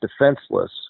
defenseless